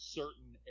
certain